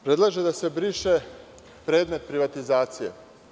Predlaže da se briše predmet privatizacija.